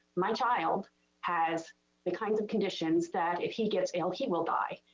my child has the kinds of conditions that if he gets ill, he will die.